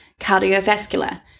cardiovascular